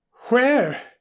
Where